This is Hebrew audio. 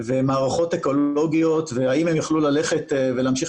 ומערכות אקולוגיות והאם הם יוכלו להמשיך